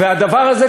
והדבר הזה,